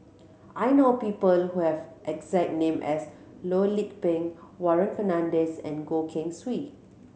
I know people who have exact name as Loh Lik Peng Warren Fernandez and Goh Keng Swee